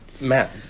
Matt